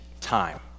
time